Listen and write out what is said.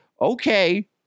Okay